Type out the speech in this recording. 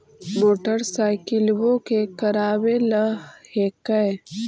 मोटरसाइकिलवो के करावे ल हेकै?